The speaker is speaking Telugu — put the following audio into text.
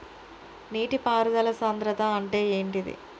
నీటి పారుదల సంద్రతా అంటే ఏంటిది?